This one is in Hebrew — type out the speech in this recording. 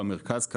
במרכז,